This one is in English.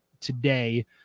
today